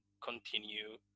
continue